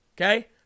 okay